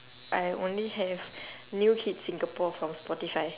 I only have new hits singapore from spotify